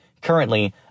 Currently